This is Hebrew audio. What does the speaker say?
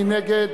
מי נגד?